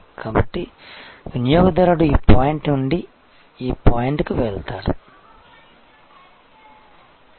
కాబట్టి వినియోగదారుడు ఈ పాయింట్ నుండి ఈ పాయింట్కి వెళ్తాడు